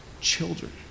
children